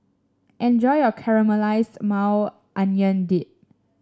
enjoy your Caramelized Maui Onion Dip